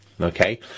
Okay